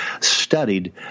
Studied